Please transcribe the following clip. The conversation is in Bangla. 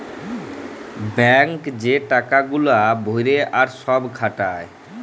ব্যাঙ্ক এ যে টাকা গুলা ভরে আর সব খাটায়